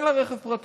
אין לה רכב פרטי.